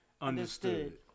understood